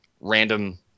random